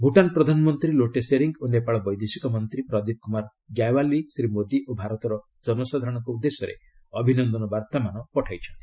ଭୁଟାନ୍ ପ୍ରଧାନମନ୍ତ୍ରୀ ଲୋଟେ ଶେରିଙ୍ଗ୍ ଓ ନେପାଳ ବୈଦେଶିକ ମନ୍ତ୍ରୀ ପ୍ରଦୀପ୍ କୁମାର ଗ୍ୟାୱାଲି ଶ୍ରୀ ମୋଦି ଓ ଭାରତର ଜନସାଧାରଣଙ୍କ ଉଦ୍ଦେଶ୍ୟରେ ଅଭିନନ୍ଦନ ବାର୍ତ୍ତାମାନ ପଠାଇଛନ୍ତି